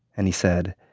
and he said,